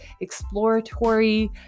exploratory